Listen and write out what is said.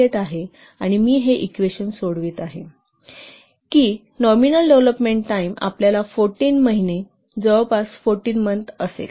38 आहे आणि मी हे इक्वेशन सोडवित आहे की नॉमिनल डेव्हलोपमेंट टाईम आपल्याला 14 महिने जवळपास 14 महिने असेल